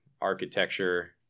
architecture